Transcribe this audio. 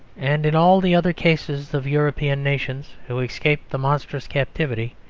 and in all the other cases of european nations who escaped the monstrous captivity,